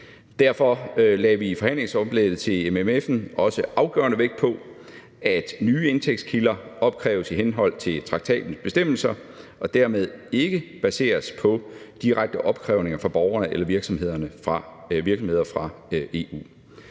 Derfor lagde vi i forhandlingsoplægget til MFF'en også afgørende vægt på, at nye indtægtskilder opkræves i henhold til traktatens bestemmelser og dermed ikke baseres på direkte opkrævninger fra borgerne eller virksomhederne fra EU.